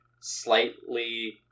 slightly